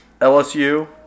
LSU